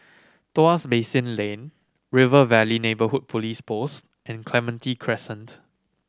Tuas Basin Lane River Valley Neighbourhood Police Post and Clementi Crescent